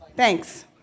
Thanks